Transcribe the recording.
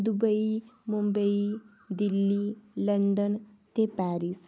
Dubai Mumbai Delhi London ते Paris